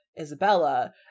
isabella